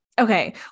Okay